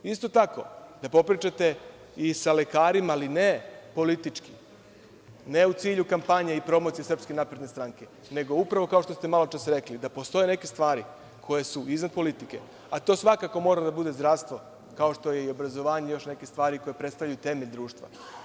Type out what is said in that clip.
Isto tako, da popričate i sa lekarima, ali ne politički, ne u cilju kampanje i promocije SNS, nego, upravo kao što ste malo čas rekli – da postoje neke stvari koje su iznad politike, a to svakako mora da bude zdravstvo, kao što su obrazovanje i još neke stvari koje predstavljaju temelj društva.